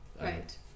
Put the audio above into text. right